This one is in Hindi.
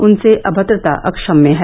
उनसे अभद्रता अक्षम्य है